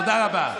תודה רבה.